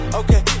okay